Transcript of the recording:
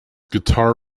guitar